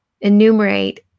enumerate